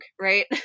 right